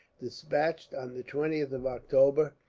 despatched, on the twentieth of october,